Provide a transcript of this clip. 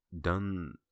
done